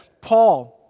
Paul